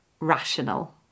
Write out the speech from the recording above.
rational